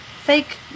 fake